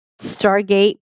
Stargate